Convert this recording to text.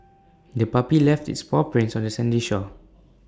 the puppy left its paw prints on the sandy shore